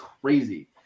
crazy